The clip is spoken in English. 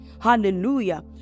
Hallelujah